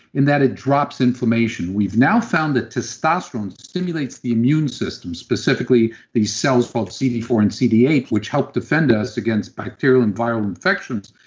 and it drops inflammation we've now found that testosterone stimulates the immune system, specifically the cells called c d four and c d eight, which help defend us against bacterial and viral infections.